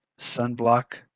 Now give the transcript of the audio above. Sunblock